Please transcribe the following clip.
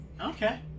Okay